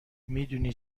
میدونی